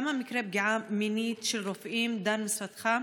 בכמה מקרי פגיעה מינית של רופאים דן משרדך?